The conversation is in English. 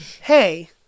Hey